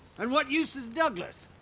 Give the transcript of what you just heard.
and what use is douglass?